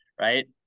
right